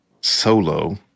solo